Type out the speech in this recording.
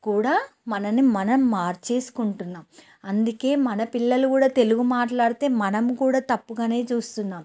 కూడా మనల్ని మనం మార్చేసుకుంటున్నాం అందుకే మన పిల్లలు కూడా తెలుగు మాట్లాడితే మనం కూడా తప్పుగానే చూస్తున్నాం